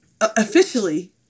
officially